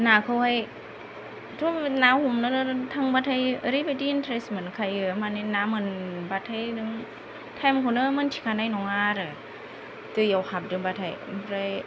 नाखौहायथ' ना हमनोनो थांब्लाथाय ओरैबायदि इन्टारेस्ट मोनखायो माने ना मोनब्लाथाय नों टाइमखौनो मोन्थिखानाय नङा आरो दैयाव हाबदोंब्लाथाय ओमफ्राय